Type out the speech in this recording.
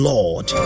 Lord